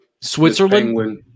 Switzerland